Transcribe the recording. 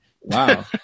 Wow